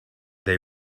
they